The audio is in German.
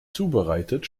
zubereitet